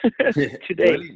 today